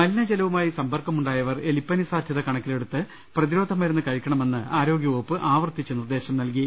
മലിന ജലവുമായി സമ്പർക്കമുണ്ടായവർ എലിപ്പനി സാധ്യത കണ ക്കിലെടുത്ത് പ്രതിരോധ മരുന്ന് കഴിക്കണമെന്ന് ആരോഗ്യവകുപ്പ് ആവർത്തിച്ച് നിർദ്ദേശം നൽകി